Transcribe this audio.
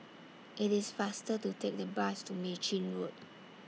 IT IS faster to Take The Bus to Mei Chin Road